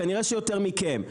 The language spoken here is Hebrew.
כנראה שיותר מכם,